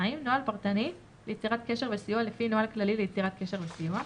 (2) נוהל פרטני ליצירת קשר וסיוע לפי נוהל כללי ליצירת קשר וסיוע,